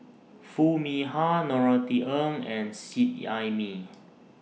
Foo Mee Har Norothy Ng and Seet Ai Mee